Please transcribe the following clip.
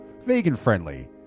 vegan-friendly